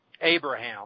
Abraham